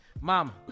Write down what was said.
Mama